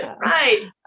right